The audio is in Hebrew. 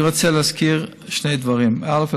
אני רוצה להזכיר שני דברים: א.